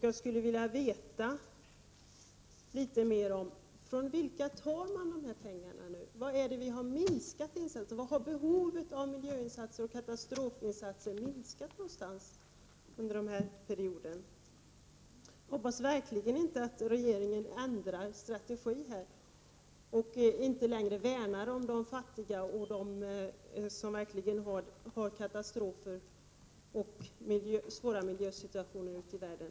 Jag skulle vilja veta litet mer om från vilka man tar dessa pengar. Var har vi minskat insatserna och var någonstans har behovet av miljöinsatser och katastrofinsatser minskat under den här perioden? Jag hoppas verkligen inte att regeringen ändrar sin strategi och inte längre värnar om de fattiga och om dem som drabbas av katastrofer och svåra miljösituationer i världen.